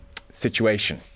situation